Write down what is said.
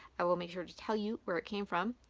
i will make sure to tell you where it came from.